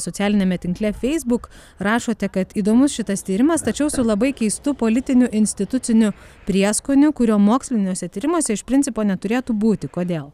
socialiniame tinkle facebook rašote kad įdomus šitas tyrimas tačiau su labai keistu politiniu instituciniu prieskoniu kurio moksliniuose tyrimuose iš principo neturėtų būti kodėl